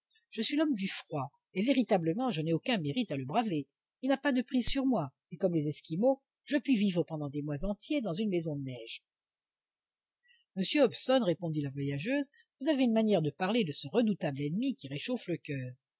je suis l'homme du froid et véritablement je n'ai aucun mérite à le braver il n'a pas prise sur moi et comme les esquimaux je puis vivre pendant des mois entiers dans une maison de neige monsieur hobson répondit la voyageuse vous avez une manière de parler de ce redoutable ennemi qui réchauffe le coeur